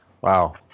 Wow